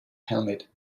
helmet